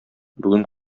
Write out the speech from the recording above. бүген